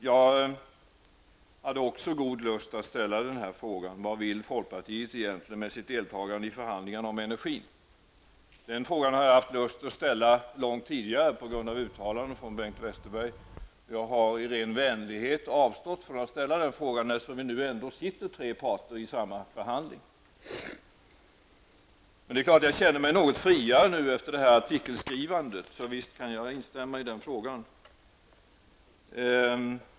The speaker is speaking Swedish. Jag hade också god lust att ställa frågan: Vad vill folkpartiet egentligen med sitt deltagande i förhandlingarna om energin? Den frågan har jag haft lust att ställa långt tidigare på grund av uttalanden från Bengt Westerberg. Jag har i ren vänlighet avstått från att ställa den frågan, eftersom vi ändå sitter tre parter i samma förhandling. Men det är klart att jag känner mig något friare nu efter det här artikelskrivandet, så visst kan jag instämma i den frågan.